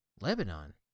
Lebanon